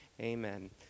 Amen